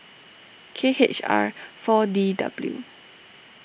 K H R four D W